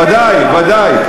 ודאי.